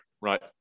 right